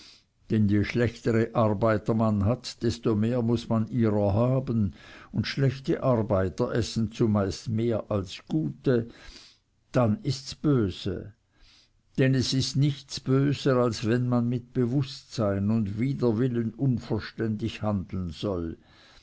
denn je schlechtere arbeiter man hat desto mehr muß man ihrer haben und schlechte arbeiter essen zumeist mehr als gute dann ists böse denn es ist nichts böser als wenn man mit bewußtsein und wider willen unverständig handeln soll